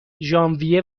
ژانویه